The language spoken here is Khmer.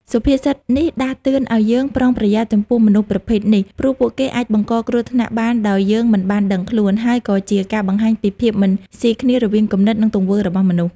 សុភាសិតនេះដាស់តឿនឱ្យយើងប្រុងប្រយ័ត្នចំពោះមនុស្សប្រភេទនេះ ព្រោះពួកគេអាចបង្កគ្រោះថ្នាក់បានដោយយើងមិនបានដឹងខ្លួន ហើយក៏ជាការបង្ហាញពីភាពមិនស៊ីគ្នារវាងគំនិត និងទង្វើរបស់មនុស្ស។